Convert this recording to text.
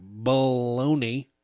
baloney